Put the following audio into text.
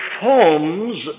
forms